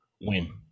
Win